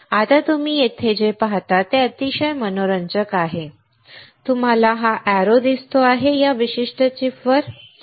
आता तुम्ही येथे जे पाहता ते अतिशय मनोरंजक आहे तुम्हाला हा एरो दिसतो हे या विशिष्ट चिपवर जाते